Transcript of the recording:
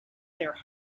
their